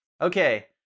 okay